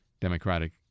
Democratic